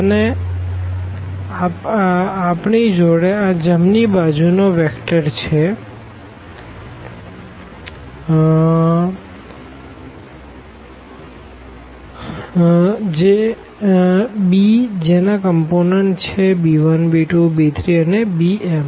અને આપણી જોડે આ જમણી બાજુ નો વેક્ટર છે b જેના કમ્પોનંટ આ છે b1 b2 b3 અને bm